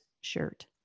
shirt